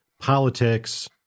politics